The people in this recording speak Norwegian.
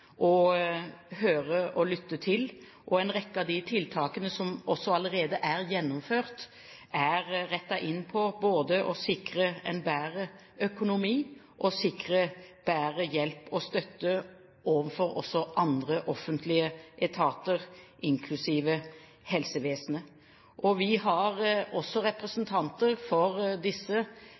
høre på og lytte til. En rekke av de tiltakene som allerede er gjennomført, er rettet inn mot å sikre en bedre økonomi og å sikre dem bedre hjelp og støtte når det også gjelder andre offentlige etater, inklusiv helsevesenet. Vi har også representanter for disse